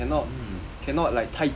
mm